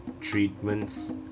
treatments